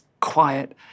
quiet